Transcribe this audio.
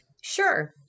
Sure